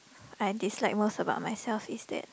I dislike most about myself is that